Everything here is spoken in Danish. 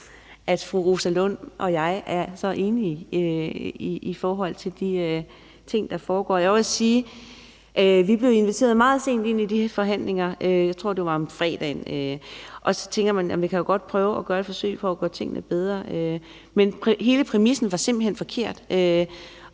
at fru Rosa Lund og jeg er så enige om de ting, der foregår. Jeg må også sige, at vi blev inviteret meget sent med i de forhandlinger. Jeg tror, at det var om fredagen. Og så tænker man, at man jo godt kan prøve at gøre et forsøg for at gøre tingene bedre. Men hele præmissen var simpelt hen forkert.